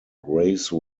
grace